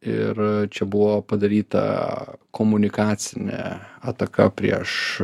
ir čia buvo padaryta komunikacinė ataka prieš